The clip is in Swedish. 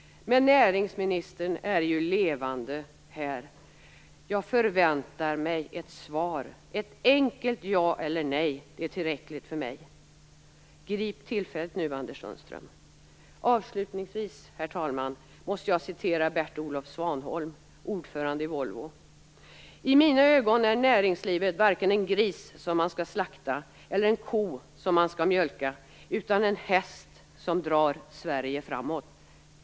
Men näringsministern är levande. Jag förväntar mig ett svar. Ett enkelt ja eller nej är tillräckligt för mig. Grip tillfället nu, Anders Avslutningsvis, herr talman, måste jag citera Bert Olof Svanholm, ordförande i Volvo: "I mina ögon är näringslivet varken en gris som man skall slakta eller en ko som man skall mjölka, utan en häst som drar Sverige framåt."